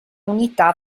unità